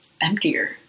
emptier